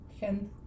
Hand